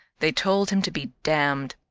they told him to be damned.